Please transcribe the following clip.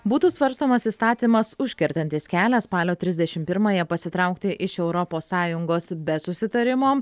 būtų svarstomas įstatymas užkertantis kelią spalio trisdešimt pirmąją pasitraukti iš europos sąjungos be susitarimo